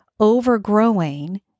overgrowing